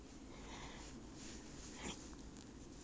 err yeah because she like to wear my clothes right